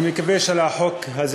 אני מקווה שעל החוק הזה,